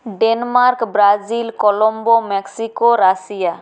Denmark Brazil Colombo Mexico Russia